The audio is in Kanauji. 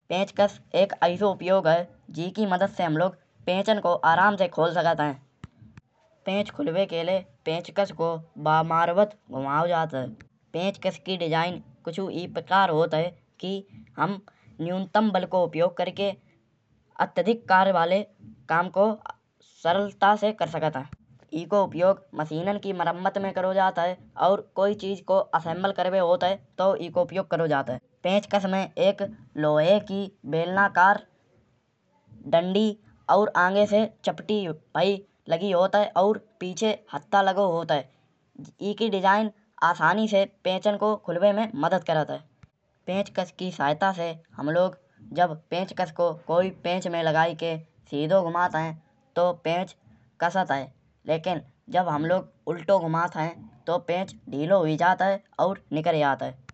पेंचकस एक ऐसो उपयोग है। जेकी मदद से हम लोग पेंचन को आराम से खोल सकत है। पेंच खुलिबे के लाए पेंचकस को वहमारवत घुमाओ जात है। पेंचकस की डिजाइन कचु ई प्रकार होत है। कि हम न्यूनतम बल को उपयोग करिके अत्यधिक कार्य वाले काम को सरलता से कर सरलता से कर सकत है। इको उपयोग मशीनन की मरम्मत में करो जात है। और कोई चीज को असेम्बल करिवे होत है। तौ इको उपयोग करो जात है। पेंचकस में इक लौहे की बेलनाकार डंडी और आगे से चपटी भाई लगी होत है। और पीछे हाथा लागू होत है। इकी डिजाइन आसानी से पेंचन को खुलिवे में मदद करत है। पेंचकस की सहायता से हम लोग जब पेंचकस को कोई पेंच में लगायी के सीधो घुमात है। तौ पेंच कस्त है। लेकिन जब हम लोग उल्टो घुमात है। तौ पेंच ढीली होई जात है। और निकरी आत है।